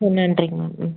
ஆ நன்றிங்க மேம் ம்